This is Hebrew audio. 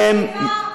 היא נאבקת יום-יום.